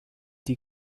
die